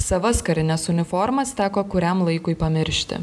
savas karines uniformas teko kuriam laikui pamiršti